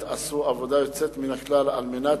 והם באמת עשו עבודה יוצאת מן הכלל על מנת